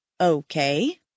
Okay